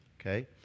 okay